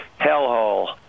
hellhole